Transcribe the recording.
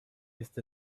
ist